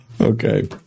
Okay